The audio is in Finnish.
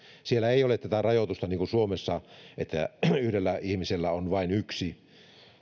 siellä ei ole tätä rajoitusta niin kuin suomessa että yhdellä ihmisellä on mahdollista olla vain yksi